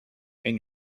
and